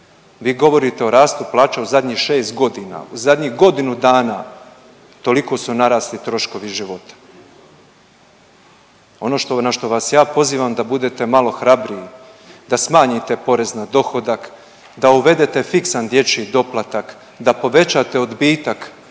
vi govorite o rastu plaća u zadnjih 6.g., u zadnjih godinu dana toliko su narasli troškovi života. Ono na što vas ja pozivam da budete malo hrabriji, da smanjite porez na dohodak, da uvedete fiksan dječji doplatak, da povećate odbitak